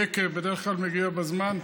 אני יקה, בדרך כלל מגיע בזמן.